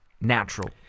Natural